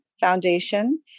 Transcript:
Foundation